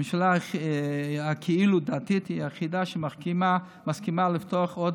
הממשלה הכאילו-דתית היא היחידה שמסכימה לפתוח עוד